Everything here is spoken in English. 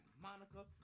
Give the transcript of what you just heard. Monica